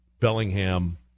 Bellingham